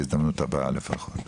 בהזדמנות הבאה לפחות.